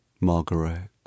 Margaret